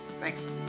Thanks